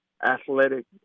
Athletic